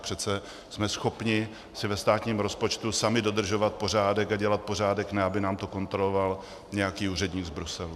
Přece jsme schopni si ve státním rozpočtu sami dodržovat pořádek a dělat pořádek, a ne aby nám to kontroloval nějaký úředník z Bruselu!